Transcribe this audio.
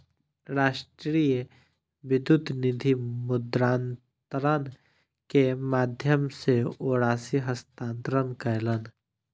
राष्ट्रीय विद्युत निधि मुद्रान्तरण के माध्यम सॅ ओ राशि हस्तांतरण कयलैन